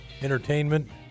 entertainment